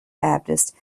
baptist